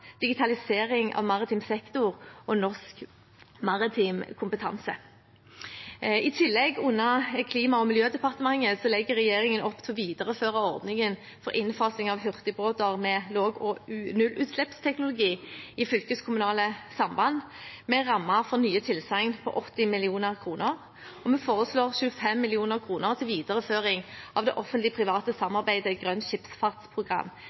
digitalisering av maritim sektor og norsk maritim kompetanse. I tillegg, under Klima- og miljødepartementet, legger regjeringen opp til å videreføre ordningen for innfasing av hurtigbåter med lav- og nullutslippsteknologi i fylkeskommunale samband med ramme for nye tilsagn på 80 mill. kr, og vi foreslår 25 mill. kr til videreføring av det